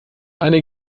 eine